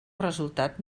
resultat